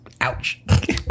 ouch